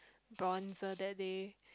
bronzer that day